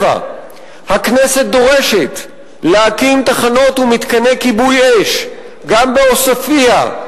7. הכנסת דורשת להקים תחנות ומתקני כיבוי אש גם בעוספיא,